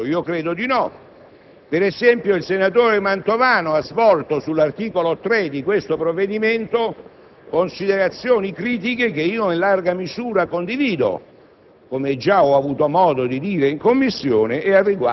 Ciò vuol dire chiusura totale al confronto? Credo di no. Ad esempio, il senatore Mantovano ha svolto sull'articolo 3 di questo provvedimento considerazioni critiche che io in larga misura condivido,